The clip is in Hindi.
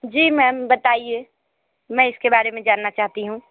जी मैम बताइए मैं इसके बारे में जानना चाहती हूँ